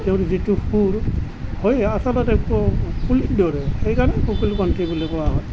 তেওঁৰ যিটো সুৰ হয় আচলতে কুলিৰ দৰে সেইকাৰণে কোকিলকণ্ঠী বুলি কোৱা হয়